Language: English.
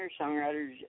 songwriters